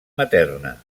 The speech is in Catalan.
materna